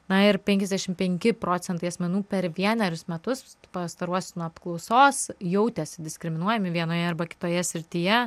na ir penkiasdešim penki procentai asmenų per vienerius metus pastaruosius nuo apklausos jautėsi diskriminuojami vienoje arba kitoje srityje